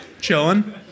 Chilling